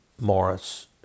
Morris